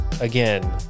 Again